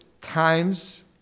times